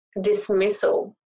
dismissal